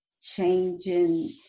changing